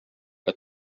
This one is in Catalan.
que